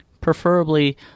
preferably